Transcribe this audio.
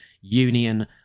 union